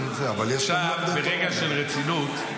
עכשיו ברגע של רצינות,